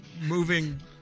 moving